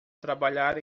trabalhar